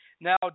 Now